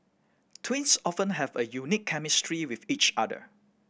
twins often have a unique chemistry with each other